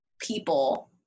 people